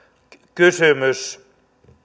kysymys